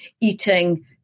eating